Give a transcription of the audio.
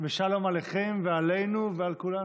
ושלום עליכם ועלינו, על כולנו".